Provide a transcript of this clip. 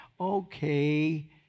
Okay